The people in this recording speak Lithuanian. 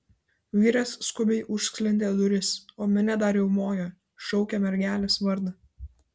vyras skubiai užsklendė duris o minia dar riaumojo šaukė mergelės vardą